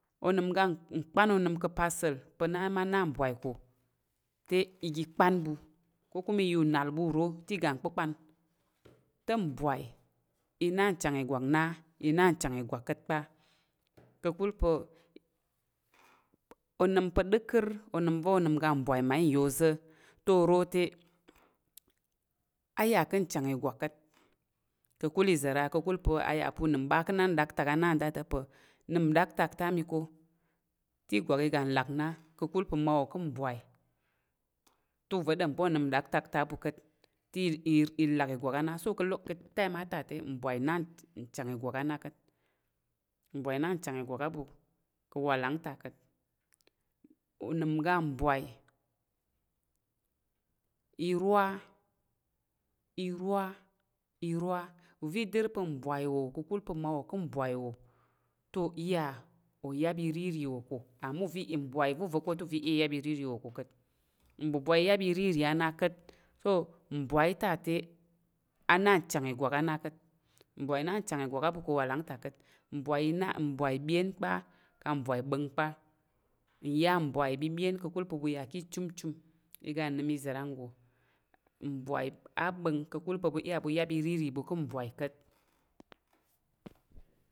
Onəm ga nkpan onəm ka̱ pa asa̱l pa̱ na ma na mbwai ko te, iga ikpan ɓu ko kuma i ya u nal ɓu uro te iga n kpa̱rkpan. Te mbwai i na nchang ìgwak na, i na nchang ìgwak ka̱t kpa ka̱ kul pa̱ onəm pa̱ ɗərkər onəm va̱ onəm oga mbwai mmayi ka̱ nya oza̱ to oro te a ya ka̱ nchang ìgwak ka̱t ka̱kul iza̱ra? Ka̱kul pa̱ a yà pa̱ unəm ɓa ka̱ na nɗaktak ana nda ta pa̱ nəm nɗaktak te ami ko te ìgwak iga nlak na ka̱kul pa̱ mmawo ka̱ mbwai te uza̱ ɗom pa̱ na onəm nɗaktak ta á ɓu ka̱t te ilak ìgwak a na. "So" ká̱ time" a ta te mbwai na nchang ìgwak a ɓu ka̱ awalang a ta ka̱t. Unəm ga mbwai irwa, irwa, irwa, uva̱ i dər pa̱ mbwai wo ta ka̱kul pa̱ mmawo ka̱ mbwai wo te o iya oyap irirì wo ká̱ amma uva̱ i, mbwai va̱ uva̱ ká̱ te uva̱ i iya iyap irirì wo ká̱ ka̱t mbwubwai iyap irirì á na ka̱t. "So" mbwai ta te a na nchang ìgwak ana ka̱t. Mbwai na nchang ìgwak á ɓu ka̱ awalang ta ka̱t mbwai i na, mbwai byen gbá ká̱ mbwai ɓá̱ng gba nya mbwai byebyen ka̱kul pa̱ ɓu ya ki ichumchum iga nəm iza̱ ranggo mbwai aɓá̱ng ka̱kul pa̱ ɓu iya ɓu yap irirì bu ka̱ mbwau ka̱t.